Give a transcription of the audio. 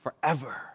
forever